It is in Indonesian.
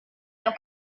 yang